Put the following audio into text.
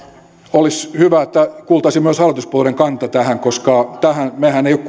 olisi hyvä että kuultaisiin myös hallituspuolueiden kanta tähän koska mehän emme ole